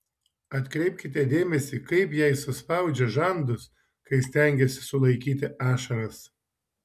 atkreipkite dėmesį kaip jei suspaudžia žandus kai stengiasi sulaikyti ašaras